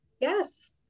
yes